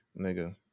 Nigga